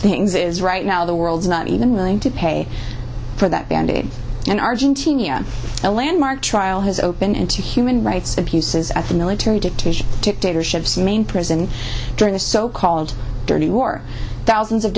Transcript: things is right now the world's not even willing to pay for that band aid in argentina a landmark trial has opened into human rights abuses at the military detention dictatorships the main prison during the so called dirty war thousands of